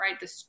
right